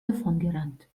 davongerannt